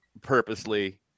purposely –